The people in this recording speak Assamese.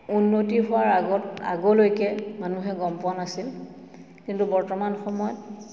উন্নতি হোৱাৰ আগত আগলৈকে মানুহে গম পোৱা নাছিল কিন্তু বৰ্তমান সময়ত